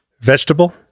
Vegetable